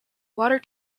water